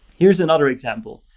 here's another example.